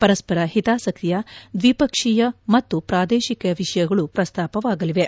ಪರಸ್ಪರ ಹಿತಾಸಕ್ತಿಯ ದ್ವಿಪಕ್ಷೀಯ ಮತ್ತು ಪ್ರಾದೇಶಿಕ ವಿಷಯಗಳು ಪ್ರಸ್ತಾಪವಾಗಲಿವೆ